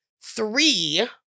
three